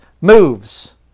moves